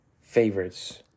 favorites